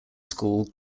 school